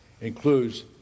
includes